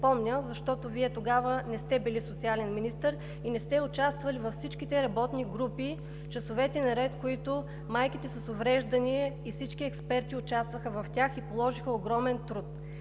защото тогава не сте били социален министър и не сте участвали във всичките работни групи – часовете наред, в които майките на деца с увреждания и всички експерти участваха и положиха огромен труд.